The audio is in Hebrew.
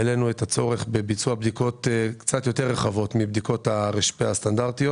העלינו את הצורך בביצוע בדיקות קצת יותר רחבות מבדיקות הר"פ הסטנדרטיות.